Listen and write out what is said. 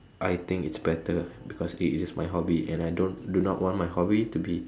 I think it's better because it is my hobby and I don't do not want my hobby to be